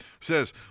says